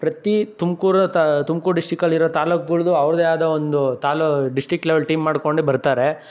ಪ್ರತಿ ತುಮ್ಕೂರು ತಾ ತುಮ್ಕೂರು ಡಿಸ್ಟಿಕಲ್ಲಿರೋ ತಾಲೂಕ್ಗಳ್ದು ಅವ್ರದ್ದೇ ಆದ ಒಂದು ತಾಲೊ ಡಿಸ್ಟಿಕ್ ಲೆವೆಲ್ ಟೀಮ್ ಮಾಡಿಕೊಂಡೆ ಬರ್ತಾರೆ